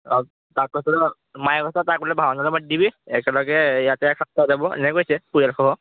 অঁ তাৰপাছত মায়ে কৈছে তাক বোলে ভাওনালৈ মাতি দিবি একেলগে ইয়াতে এসাঁজ খাই যাব এনেকৈ কৈছে পৰিয়ালসহ